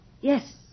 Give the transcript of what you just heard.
Yes